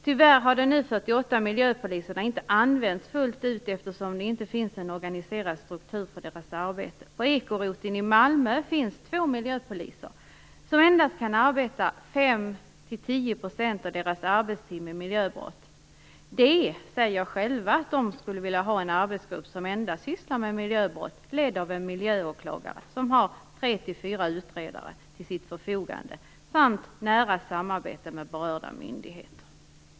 Tyvärr har de nu 48 miljöpoliserna inte använts full ut, eftersom det inte finns en organiserad struktur för deras arbete. På ekoroteln i Malmö finns två miljöpoliser som endast kan arbeta 5-10 % av sin arbetstid med miljöbrott. De säger själva att de skulle vilja ha en arbetsgrupp som endast sysslar med miljöbrott, ledd av en miljöåklagare som har 3-4 utredare till sitt förfogande samt nära samarbete med berörda myndigheter.